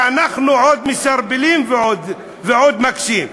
שאנחנו עוד מסרבלים ועוד מקשים.